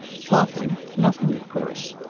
plotting? nothing, of course.